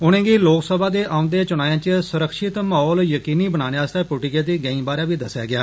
उनेंगी लोकसभा दे अओंदे चुनाएं च सुरक्षित माहौल यकीनी बनाने आस्ते पुट्टी गेदी गैंड बारै बी दस्सेआ गेआ